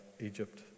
Egypt